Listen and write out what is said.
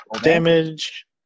Damage